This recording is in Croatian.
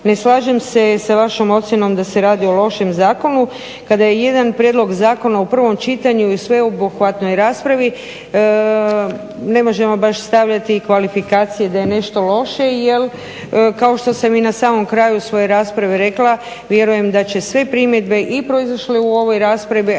Ne slažem se sa vašom ocjenom da se radi o lošem zakonu kada je jedan prijedlog zakona u prvom čitanju i sveobuhvatnoj raspravi ne možemo baš stavljati kvalifikacije da je nešto loše jer kao što sam i na samom kraju svoje rasprave rekla, vjerujem da će sve primjedbe i proizašle u ovoj raspravi,